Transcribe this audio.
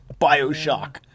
Bioshock